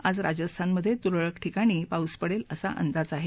आज राजस्थानमध्ये तुरळक ठिकाणी पाऊस पडेल असा अंदाज आहे